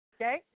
okay